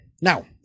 now